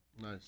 Nice